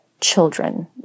children